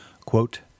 Quote